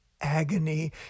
agony